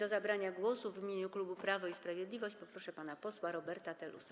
O zabranie głosu w imieniu klubu Prawo i Sprawiedliwość proszę pana posła Roberta Telusa.